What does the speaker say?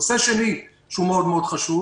נושא שני שהוא מאוד חשוב